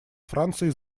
франции